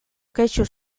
kexu